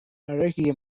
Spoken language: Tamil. அழகிய